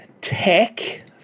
Tech